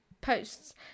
posts